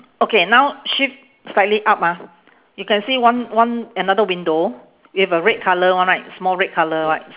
okay now shift slightly up ah you can see one one another window with a red colour one right small red colour right